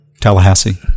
Tallahassee